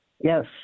Yes